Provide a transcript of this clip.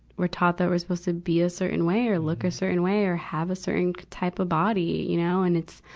we're taught that we're supposed to be a certain or look a certain way or have a certain type of body, you know. and it's,